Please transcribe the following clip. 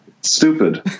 Stupid